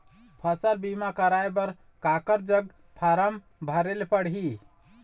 फसल बीमा कराए बर काकर जग फारम भरेले पड़ही?